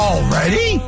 Already